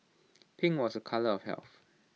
pink was the colour of health